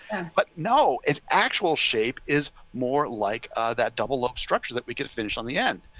and but no, its actual shape is more like ah that double up structure that we could finish on the end.